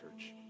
church